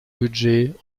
budget